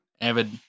avid